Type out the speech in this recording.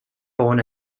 born